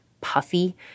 puffy